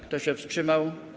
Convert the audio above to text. Kto się wstrzymał?